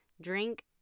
drink